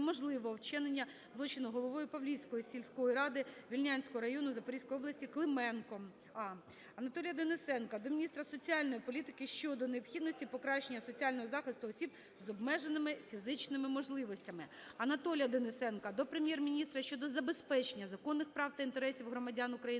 можливого вчинення злочину головою Павлівської сільської ради Вільнянського району Запорізької області Клименком А. Анатолія Денисенка до міністра соціальної політики України щодо необхідності покращення соціального захисту осіб з обмеженими фізичними можливостями. Анатолія Денисенка до Прем'єр-міністра щодо забезпечення законних прав та інтересів громадян України,